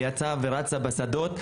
יצאה ורצה בשדות,